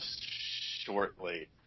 shortly